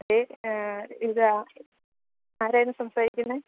അതെ ഇത് ആരായിരുന്നു സംസാരിക്കുന്നേ